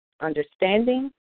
understanding